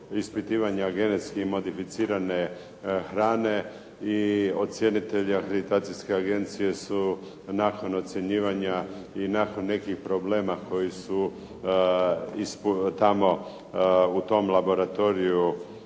ispitivanja genetski modificirane hrane i ocjenitelji akreditacijske agencije su nakon ocjenjivanja i nakon nekih problema koji su tamo u tom laboratoriju